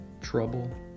Trouble